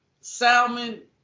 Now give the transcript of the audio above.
salmon